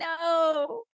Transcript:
no